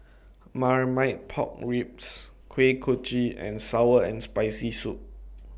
Marmite Pork Ribs Kuih Kochi and Sour and Spicy Soup